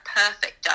perfect